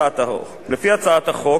לפי הצעת החוק,